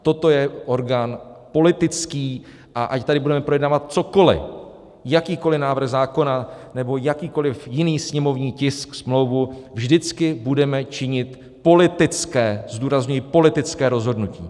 Toto je orgán politický, a ať tady budeme projednávat cokoli, jakýkoli návrh zákona nebo jakýkoli jiný sněmovní tisk, smlouvu, vždycky budeme činit politické zdůrazňují politické rozhodnutí.